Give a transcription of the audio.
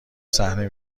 صحنه